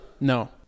No